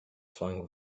flung